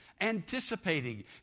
anticipating